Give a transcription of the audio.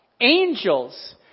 Angels